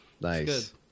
Nice